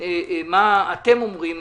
מה אתם אומרים,